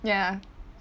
ya